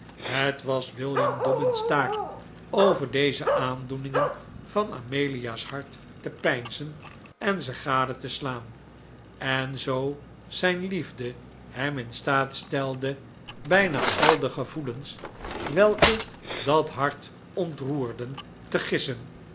het was william dobbin's taak over deze aandoeningen van amelia's hart te peinzen en ze gade te slaan en zoo zijn liefde hem in staat stelde bijna al de gevoelens welke dat hart ontroerden te gissen